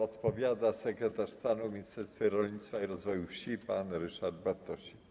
Odpowiada sekretarz stanu w Ministerstwie Rolnictwa i Rozwoju Wsi pan Ryszard Bartosik.